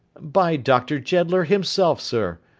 by doctor jeddler himself, sir,